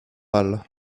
pâle